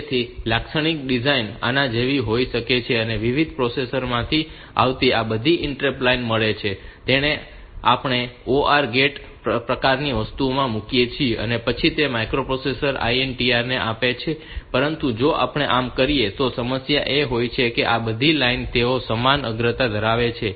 તેથી લાક્ષણિક ડિઝાઇન આના જેવી હોય છે કે મને વિવિધ પ્રોસેસર માંથી આવતી આ બધી ઇન્ટરપ્ટ લાઇન્સ મળી છે તેને આપણે આ OR ગેટ પ્રકારની વસ્તુમાં મૂકીએ છીએ અને પછી તેને માઇક્રોપ્રોસેસર INTR ને આપીએ છીએ પરંતુ જો આપણે આમ કરીએ તો સમસ્યા એ હોય છે કે આ બધી લાઇન તેઓ સમાન અગ્રતા ધરાવે છે